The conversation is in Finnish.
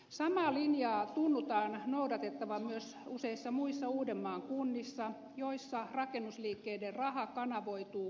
samaa linjaa tunnutaan noudatettavan myös useissa muissa uudenmaan kunnissa joissa rakennusliikkeiden raha kanavoituu valtapuolueille